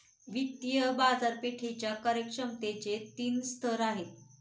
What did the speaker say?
वित्तीय बाजारपेठेच्या कार्यक्षमतेचे तीन स्तर आहेत